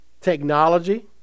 technology